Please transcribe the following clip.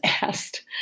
asked